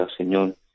señor